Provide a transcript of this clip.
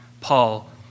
Paul